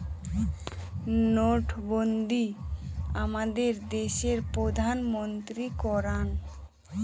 নোটবন্ধী আমাদের দেশের প্রধানমন্ত্রী করান